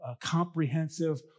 comprehensive